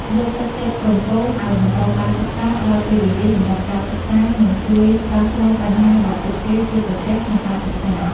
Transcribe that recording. លើកទឹកចិត្តកូនៗឱ្យបន្តការសិក្សា ផ្តល់ពេលវេលាសម្រាប់ការសិក្សា និងជួយដោះស្រាយបញ្ហាដែលពួកគេជួបប្រទះក្នុងការសិក្សា។